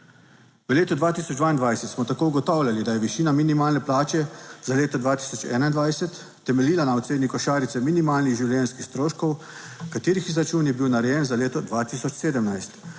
V letu 2022 smo tako ugotavljali, da je višina minimalne plače za leto 2021 temeljila na oceni košarice minimalnih življenjskih stroškov katerih izračun je bil narejen za leto 2017.